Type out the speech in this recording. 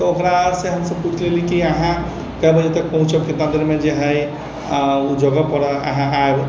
तऽ ओकरासँ हम सभ पूछ लेलिह कि अहाँ कए बजे तक पहुँचब कितना देरमे जे हइ ओ जगह पर अहाँ आयब